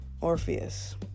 Orpheus